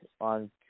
on